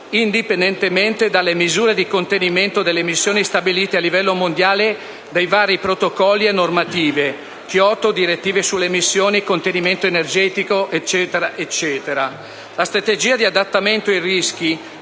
indipendentemente dalle misure di contenimento delle emissioni stabilite a livello mondiale dai vari protocolli e normative (protocollo di Kyoto, direttive sulle emissioni, il contenimento energetico ed altre ancora). La strategia di adattamento ai rischi